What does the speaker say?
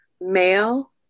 male